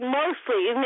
mostly